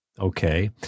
Okay